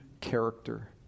character